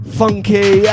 funky